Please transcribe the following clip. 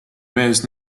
mees